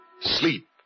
Sleep